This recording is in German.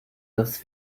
dass